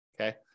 okay